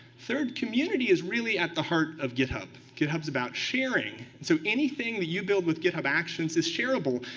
third, community is really at the heart of github. github's about sharing, so anything that you build with github actions is shareable,